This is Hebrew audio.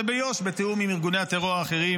וביו"ש בתיאום עם ארגוני טרור אחרים,